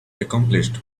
accomplished